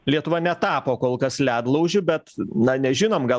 lietuva netapo kol kas ledlaužiu bet na nežinom gal